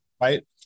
Right